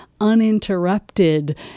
uninterrupted